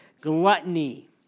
gluttony